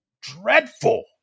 dreadful